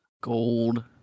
Gold